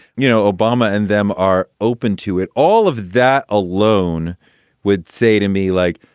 you know, obama and them are open to it. all of that alone would say to me, like,